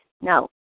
No